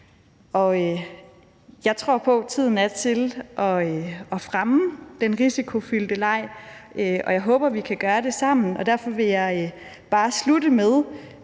Jeg tror på, at tiden er til at fremme den risikofyldte leg, og jeg håber, at vi kan gøre det sammen. Derfor vil jeg bare slutte med